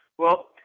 well,